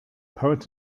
poets